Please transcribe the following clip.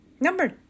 Number